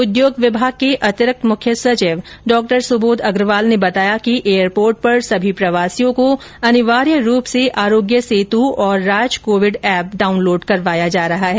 उद्योग विभाग के अतिरिक्त मुख्य सचिव डा सुबोध अग्रवाल ने बताया कि एयरपोर्ट पर सभी प्रवासियों को अनिवार्य रुप से आरोग्य सेतु और राजकोविड एप डाउनलोड करवाया जा रहा है